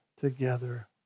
together